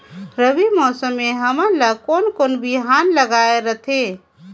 रबी मौसम मे हमन ला कोन कोन बिहान लगायेक रथे?